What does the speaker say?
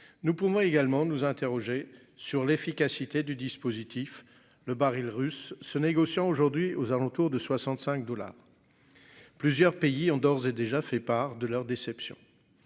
Nous pouvons également nous interroger sur l'efficacité du dispositif, le baril russe ce négociant aujourd'hui aux alentours de 65 dollars. Plusieurs pays ont d'ores et déjà fait part de leur déception.